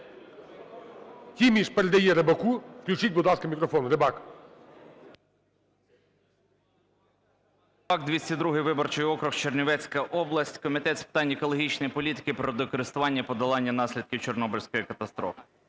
Тіміш передає Рибаку. Включіть, будь ласка, мікрофон, Рибак. 13:35:10 РИБАК І.П. Рибак, 202 виборчий округ, Чернівецька область, Комітет з питань екологічної політики, природокористування і подолання наслідків Чорнобильської катастрофи.